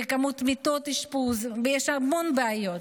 מיטות אשפוז ויש המון בעיות.